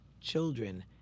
children